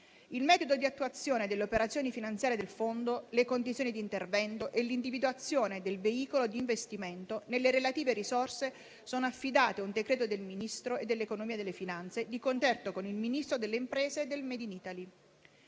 Il metodo di attuazione delle operazioni finanziarie del Fondo, le condizioni di intervento e l'individuazione del veicolo di investimento delle relative risorse sono affidati un decreto del Ministro dell'economia e delle finanze, di concerto con il Ministro delle imprese e del *made in Italy*.